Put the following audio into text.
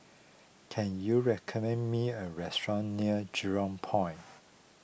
can you recommend me a restaurant near Jurong Point